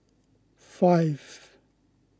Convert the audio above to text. five